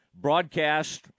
broadcast